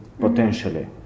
potentially